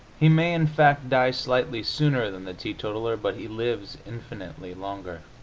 he may, in fact, die slightly sooner than the teetotaler, but he lives infinitely longer.